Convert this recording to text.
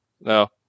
no